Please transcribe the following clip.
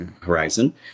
horizon